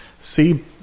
see